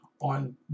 on